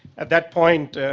at that point,